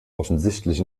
offensichtlich